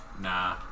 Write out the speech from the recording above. Nah